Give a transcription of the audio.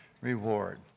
reward